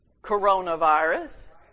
coronavirus